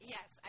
Yes